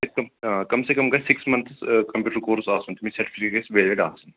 آ کَم سے کَم گَژِھ سِکٕس مَنٛتھٕس آ کَمپیٛوٗٹَر کوٚرُس آسُن بیٚیہِ سَٹفِکیٹ گَژھِ ویلِڈ آسٕنۍ